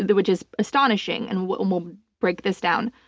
and which is astonishing and we'll break this down.